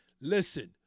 Listen